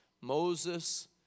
Moses